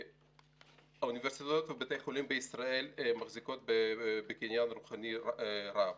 האוניברסיטאות ובתי חולים בישראל מחזיקים בקניין רוחני רחב.